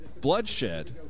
bloodshed